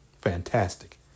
Fantastic